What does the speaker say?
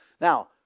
Now